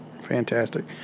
fantastic